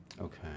Okay